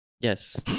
Yes